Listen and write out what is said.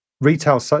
retail